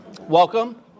Welcome